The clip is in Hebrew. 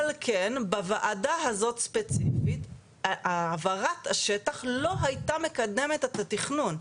על כן בוועדה הזאת ספציפית העברת השטח לא היתה מקדמת את התכנון.